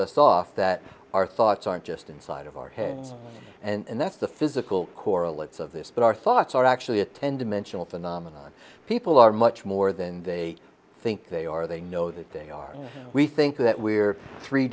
us off that our thoughts aren't just inside of our heads and that's the physical correlates of this but our thoughts are actually attend to mention a phenomenon people are much more than they think they are they know that they are we think that we are three